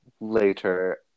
later